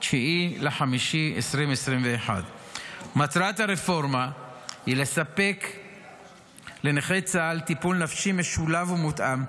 9 במאי 2021. מטרת הרפורמה היא לספק לנכי צה"ל טיפול נפשי משולב ומותאם,